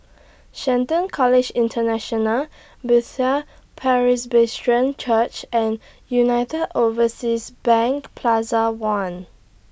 Shelton College International Bethel Presbyterian Church and United Overseas Bank Plaza one